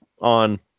on